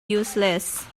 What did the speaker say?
useless